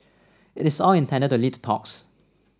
it's all intended to lead to talks